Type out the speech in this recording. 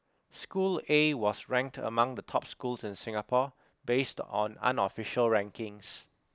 school A was ranked among the top schools in Singapore based on unofficial rankings